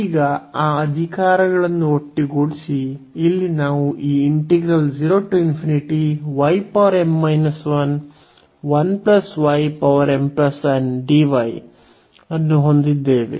ಈಗ ಆ ಅಧಿಕಾರಗಳನ್ನು ಒಟ್ಟುಗೂಡಿಸಿ ಇಲ್ಲಿ ನಾವು ಈ ಅನ್ನು ಹೊಂದಿದ್ದೇವೆ